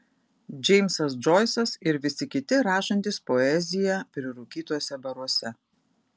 džeimsas džoisas ir visi kiti rašantys poeziją prirūkytuose baruose